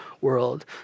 world